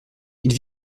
ils